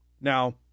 Now